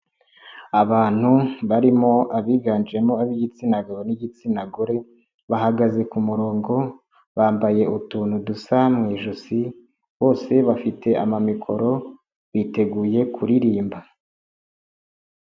Abantu barimo abiganjemo ab'igitsina gabo n'igitsina gore ,bahagaze ku murongo, bambaye utuntu dusa mu ijosi ,bose bafite amamikoro biteguye kuririmba.